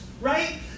right